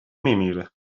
میمیره